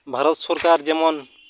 ᱵᱷᱟᱨᱚᱛ ᱥᱚᱨᱠᱟᱨ ᱡᱮᱢᱚᱱ